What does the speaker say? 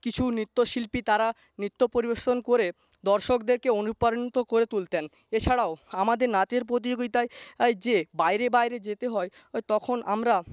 কিছু নৃত্য শিল্পী তারা নৃত্য পরিবেশন করে দর্শকদেরকে অনুপ্রাণিত করে তুলতেন এছাড়াও আমাদের নাচের প্রতিযোগিতায় যে বাইরে বাইরে যেতে হয় তখন আমরা